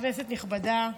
כנסת נכבדה,